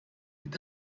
est